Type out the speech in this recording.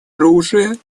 оружия